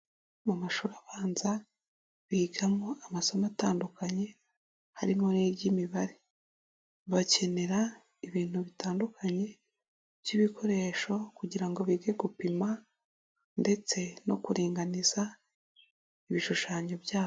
Mu mashuri abanza bigamo amasomo atandukanye harimo n'iry'Imibare, bakenera ibintu bitandukanye by'ibikoresho kugira ngo bige gupima ndetse no kuringaniza ibishushanyo byabo.